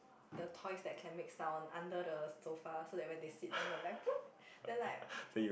the toys that can make sound under the sofa so that when they sit then they they will like poof then like